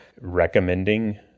recommending